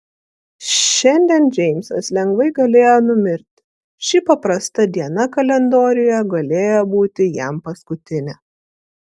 šiandien džeimsas lengvai galėjo numirti ši paprasta diena kalendoriuje galėjo būti jam paskutinė